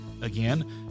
Again